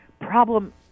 problem